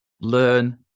learn